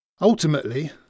Ultimately